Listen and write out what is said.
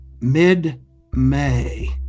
mid-May